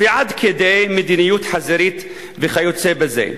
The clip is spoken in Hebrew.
ועד כדי "מדיניות חזירית" וכיוצא בזה.